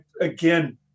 again